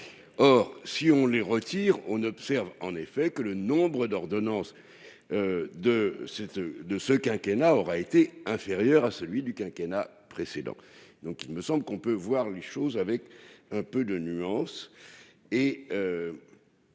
or si on les retire, on observe en effet que le nombre d'ordonnances de cette, de ce quinquennat aura été inférieur à celui du quinquennat précédent, donc il me semble qu'on peut voir les choses avec un peu de nuance